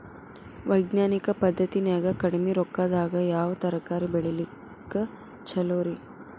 ವೈಜ್ಞಾನಿಕ ಪದ್ಧತಿನ್ಯಾಗ ಕಡಿಮಿ ರೊಕ್ಕದಾಗಾ ಯಾವ ತರಕಾರಿ ಬೆಳಿಲಿಕ್ಕ ಛಲೋರಿ?